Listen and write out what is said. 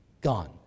Gone